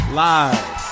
live